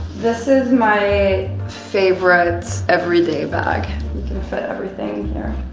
this is my favorite everyday bag. you can fit everything here.